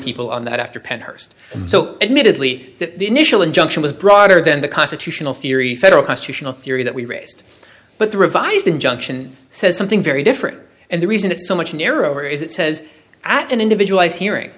people on that after penn hearst so admittedly that the initial injunction was broader than the constitutional theory federal constitutional theory that we raised but the revised injunction says something very different and the reason it's so much narrower is it says that an individual is hearing